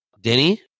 Denny